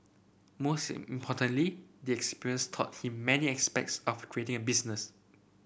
most importantly the experience taught him many aspects of creating a business